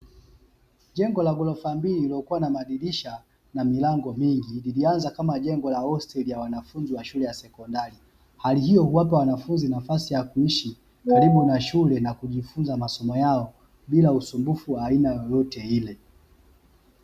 Jengo la ghorofa mbili lilokuwa na madirisha na milangi miwili, lilianza kama jengo la hosteli ya wanafunzi wa shule ya sekondari. Hali hiyo huwapa wanafunzi nafasi ya kuishi karibu na shule na kujifunza masomo yao bila usumbufu wa aina yoyote ile.